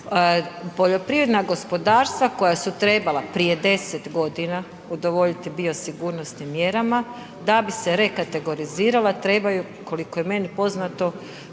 Poljoprivredna gospodarstva koja su trebala prije 10 godina udovoljiti biosigurnosnim mjerama da bi se rekategorizirala trebaju, koliko je meni poznato